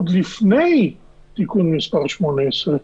עוד לפני תיקון מס' 18,